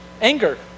anger